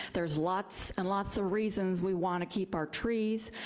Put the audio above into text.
there's lots and lots of reasons we wanna keep our trees.